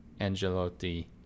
angelotti